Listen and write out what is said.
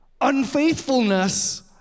unfaithfulness